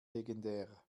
legendär